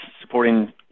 supporting